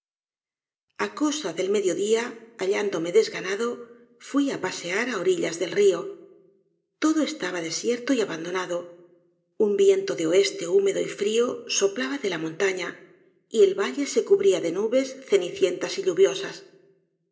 cosa del mediodía hallándome desganado fui á pasear á orillas del rio todo estaba desierto y abandonado un viento de oeste húmedo y frío soplaba de la montaña y el valle se cubría de nubes cenicientas y lluviosas